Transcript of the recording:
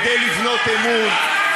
כדי לבנות אמון,